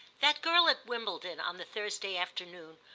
that girl at wimbledon, on the thursday afternoon,